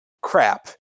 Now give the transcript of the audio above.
crap